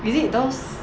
is it those